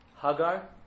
Hagar